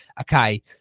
okay